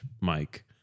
Mike